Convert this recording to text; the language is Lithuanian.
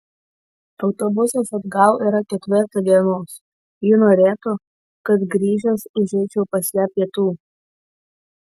autobusas atgal yra ketvirtą dienos ji norėtų kad grįžęs užeičiau pas ją pietų